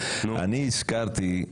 אני הזכרתי,